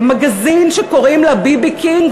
במגזין שקוראים לו "ביבי קינג",